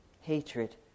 hatred